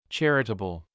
Charitable